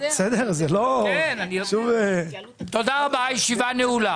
תודה רבה, הישיבה נעולה.